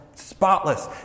spotless